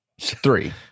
Three